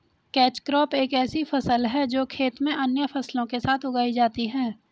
catch crop एक ऐसी फसल है जो खेत में अन्य फसलों के साथ उगाई जाती है